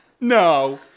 No